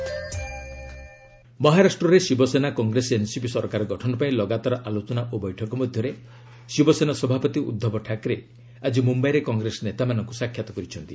ମହା gov formation ମହାରାଷ୍ଟ୍ରରେ Shiv Sena Congress NCP ସରକାର ଗଠନ ପାଇଁ ଲଗାତାର ଆଲୋଚନା ଓ ବୈଠକ ମଧ୍ୟରେ ଶିବସେନା ସଭାପତି ଉଦ୍ଧବ ଠାକ୍ରେ ଆଜି ମୁମ୍ଭାଇରେ କଂଗ୍ରେସ ନେତାମାନଙ୍କୁ ସାକ୍ଷାତ୍ କରିଛନ୍ତି